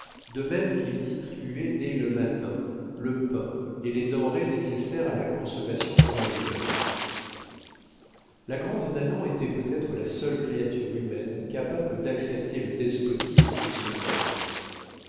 de même qu'il distribuait dès le matin le pain et les denrées nécessaires à la consommation journalière illustration imp e martinet la grande nanon appartenait à m grandet depuis trente-cinq ans eugénie grandet la grande nanon était peut-être la seule créature humaine capable d'accepter le despotisme de son maître